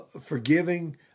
forgiving